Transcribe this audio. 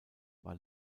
war